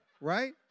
Right